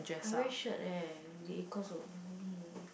I wear shirt leh